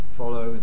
follow